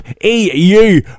EU